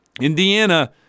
Indiana